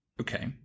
Okay